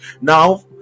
now